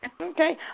Okay